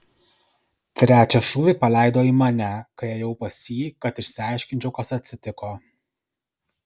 trečią šūvį paleido į mane kai ėjau pas jį kad išsiaiškinčiau kas atsitiko